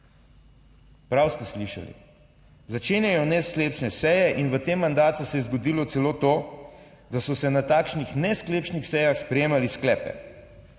Prav ste slišali, začenjajo nesklepčne seje in v tem mandatu se je zgodilo celo to, da so se na takšnih nesklepčnih sejah sprejemali sklepe.